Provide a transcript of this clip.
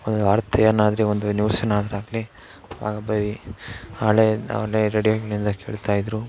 ಒಂದು ವಾರ್ತೆಯನ್ನಾದರೆ ಒಂದು ನ್ಯೂಸನ್ನಾದ್ರೂ ಆಗಲಿ ಆಗ ಬರೀ ಹಳೇದು ಹಳೆ ರೇಡಿಯೋಗಳಿಂದ ಕೇಳುತ್ತಾಯಿದ್ದರು